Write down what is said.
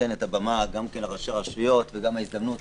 נותן את הבמה גם לראשי רשויות וגם את ההזדמנות